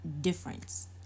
difference